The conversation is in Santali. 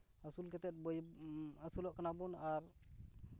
ᱟᱹᱥᱩᱞ ᱠᱟᱛᱮᱫ ᱵᱟᱹᱭ ᱟᱹᱥᱩᱞᱚᱜ ᱠᱟᱱᱟᱵᱚᱱ ᱟᱨ